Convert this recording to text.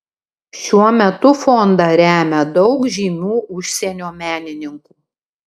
šiuo metu fondą remia daug žymių užsienio menininkų